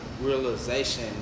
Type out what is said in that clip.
realization